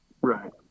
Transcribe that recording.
Right